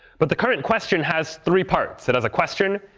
but the current question has three parts. it has a question,